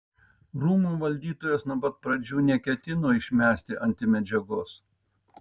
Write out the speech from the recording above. rūmų valdytojas nuo pat pradžių neketino išmesti antimedžiagos